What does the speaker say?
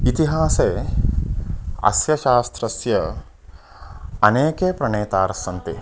इतिहासे अस्य शास्त्रस्य अनेके प्रणेतारस्सन्ति